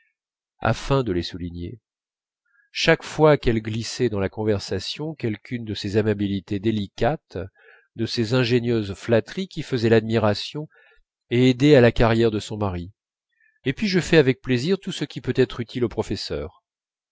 afin de les souligner chaque fois qu'elle glissait dans la conversation quelqu'une de ces amabilités délicates de ces ingénieuses flatteries qui faisaient l'admiration et aidaient à la carrière de son mari et puis je fais avec plaisir tout ce qui peut être utile au professeur